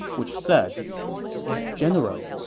which said general,